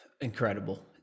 Incredible